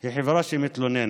היא חברה שמתלוננת.